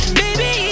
baby